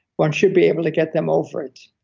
one should be able to get them over it,